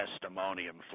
testimonium